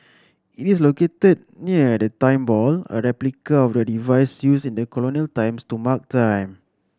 it is located near the Time Ball a replica of the device used in colonial times to mark time